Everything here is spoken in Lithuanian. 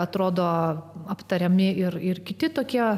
atrodo aptariami ir ir kiti tokie